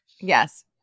Yes